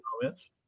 comments